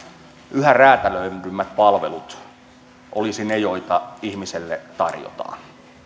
yhä räätälöidympiä palveluita olisivat ne joita ihmisille tarjotaan